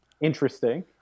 Interesting